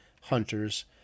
hunters